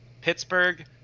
Pittsburgh